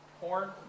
Horn